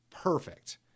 perfect